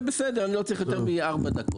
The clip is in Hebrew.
בסדר, אני לא צריך יותר מארבע דקות.